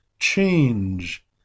Change